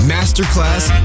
Masterclass